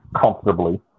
comfortably